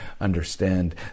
Understand